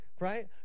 Right